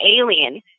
alien